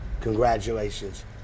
Congratulations